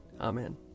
Amen